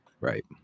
Right